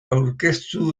aurkeztu